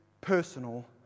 personal